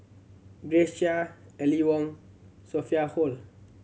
Grace Chia Aline Wong Sophia Hull